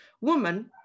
woman